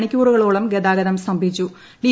മണിക്കൂറുകളോളം ഗതാഗതം ഡി